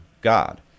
god